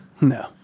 No